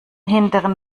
hinteren